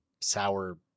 sour